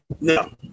No